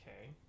Okay